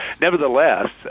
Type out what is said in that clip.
Nevertheless